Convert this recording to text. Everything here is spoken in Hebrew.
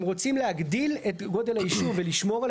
אם רוצים להגדיל את גודל הישוב ולשמור על